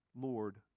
Lord